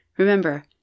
Remember